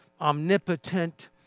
omnipotent